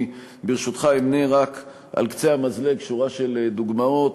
ואני, ברשותך, אמנה על קצה המזלג שורה של דוגמאות